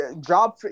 job